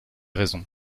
raisons